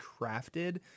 crafted